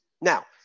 now